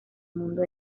mundo